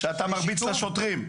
שאתה מרביץ לשוטרים.